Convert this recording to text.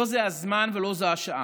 לא זה הזמן ולא זו השעה.